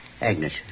Agnes